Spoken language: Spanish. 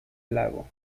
lago